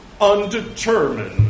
undetermined